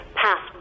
pass